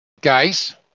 guys